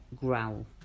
growl